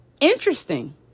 Interesting